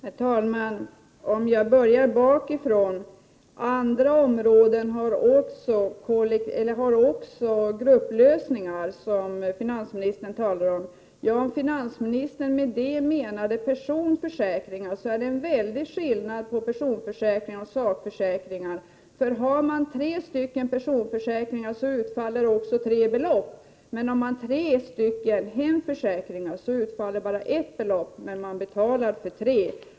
Herr talman! Jag börjar bakifrån. Andra områden har också grupplösningar, som finansministern talar om. Ja, om finansministern med det menar personförsäkringar vill jag påpeka att det är en väldig skillnad mellan personförsäkringar och sakförsäkringar. Har man tre personförsäkringar utfaller också tre belopp, men har man tre hemförsäkringar utfaller bara ett belopp, men man betalar för tre.